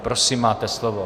Prosím, máte slovo.